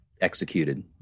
executed